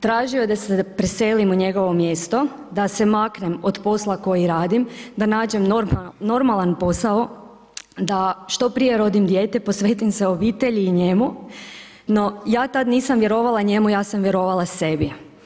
Tražio je da se preselim u njegovo mjesto, da se maknem, od posla kojeg radim, da nađem normalan posao, da što prije rodim dijete, posvetim se obitelji i njemu, no ja tad nisam vjerovala njemu, ja sam vjerovala sebi.